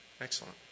excellent